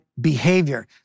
behavior